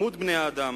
מספר בני האדם